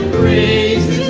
raised